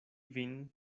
vin